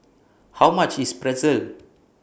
How much IS Pretzel